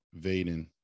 Vaden